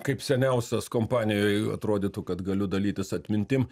kaip seniausias kompanijoj atrodytų kad galiu dalytis atmintim